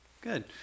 Good